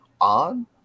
on